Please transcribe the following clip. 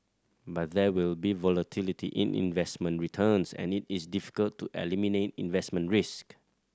but there will be volatility in investment returns and it is difficult to eliminate investment risk